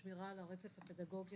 שמירה על הרצף הפדגוגי